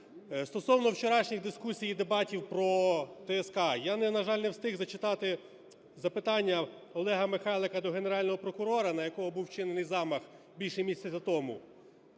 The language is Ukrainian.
Стосовно вчорашніх дискусій і дебатів про ТСК. Я, на жаль, не встиг зачитати запитання Олега Михайлика до Генерального прокурора, на якого був вчинений замах більше місяця тому.